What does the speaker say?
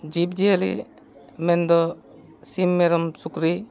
ᱡᱤᱵᱽ ᱡᱤᱭᱟᱹᱞᱤ ᱢᱮᱱᱫᱚ ᱥᱤᱢ ᱢᱮᱨᱚᱢ ᱥᱩᱠᱨᱤ